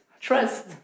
trust